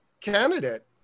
candidate